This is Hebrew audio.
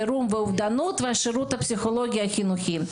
חירום ואובדנות והשירות הפסיכולוגי החינוכי.